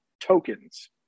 tokens